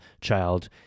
child